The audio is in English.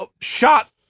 shot